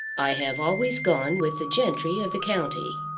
i have always gone with the gentry of the county.